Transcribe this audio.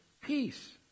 peace